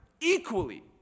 equally